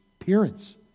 appearance